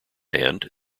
hand